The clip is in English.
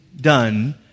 done